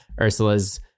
Ursula's